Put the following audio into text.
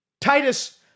Titus